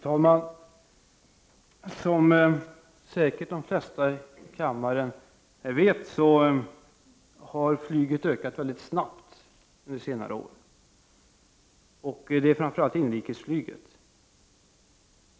Fru talman! Som säkert de flesta av kammarens ledamöter vet har flyget ökat väldigt snabbt under senare år. Det gäller framför allt inrikesflyget.